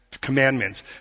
commandments